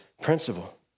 principle